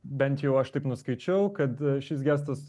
bent jau aš taip nuskaičiau kad šis gestas